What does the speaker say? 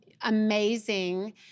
amazing